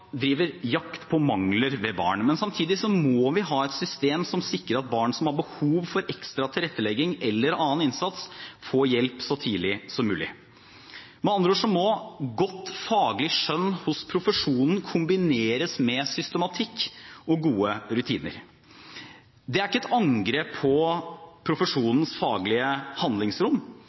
driver jakt på mangler ved barn, men samtidig må vi ha et system som sikrer at barn som har behov for ekstra tilrettelegging eller annen innsats, får hjelp så tidlig som mulig. Med andre ord må godt faglig skjønn hos profesjonen kombineres med systematikk og gode rutiner. Det er ikke et angrep på profesjonens faglige handlingsrom.